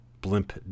blimp